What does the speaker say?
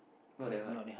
not that hard